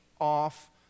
off